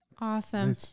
Awesome